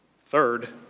third,